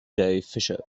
fisher